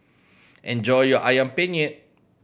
enjoy your Ayam Penyet